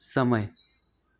સમય